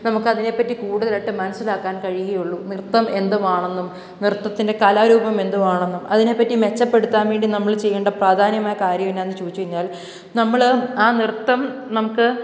നമുക്ക് അതിനെപ്പറ്റി കൂടുതലായിട്ടും മനസ്സിലാക്കാൻ കഴിയുള്ളു നൃത്തം എന്തുവാണെന്നും നൃത്തത്തിൻ്റെ കാലാരൂപം എന്തുവാണെന്നും അതിനെപ്പറ്റി മെച്ചപ്പെടുത്താൻ വേണ്ടി നമ്മൾ ചെയ്യേണ്ട പ്രാധാന്യമായ കാര്യം എന്നായെന്നു ചോദിച്ചു കഴിഞ്ഞാൽ നമ്മൾ ആ നൃത്തം നമുക്ക്